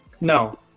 No